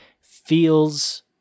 feels